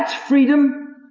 freedom!